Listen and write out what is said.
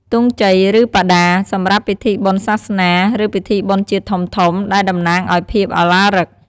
ទង់ជ័យ ឬបដា សម្រាប់ពិធីបុណ្យសាសនា ឬពិធីបុណ្យជាតិធំៗ ដែលតំណាងឲ្យភាពឱឡារិក។